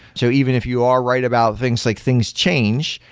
so even if you are right about things like things change,